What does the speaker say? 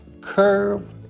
curve